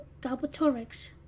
Galbatorix